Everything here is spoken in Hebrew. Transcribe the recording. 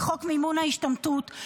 את חוק מימון ההשתמטות,